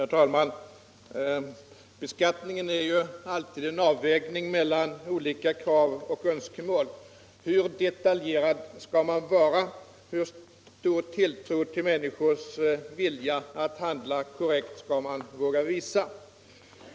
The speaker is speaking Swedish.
Herr talman! Beskattningen innebär ju alltid en avvägning mellan olika krav och önskemål. Hur detaljerad skall man vara? Hur stor tilltro till människors vilja att handla korrekt skall man våga visa?